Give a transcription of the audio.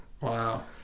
Wow